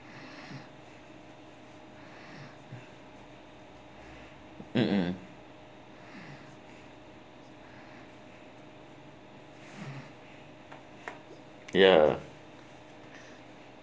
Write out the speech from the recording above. mmhmm ya